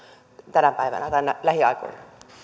tänä päivänä tai lähiaikoina